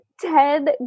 Ted